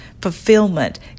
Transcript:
fulfillment